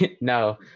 No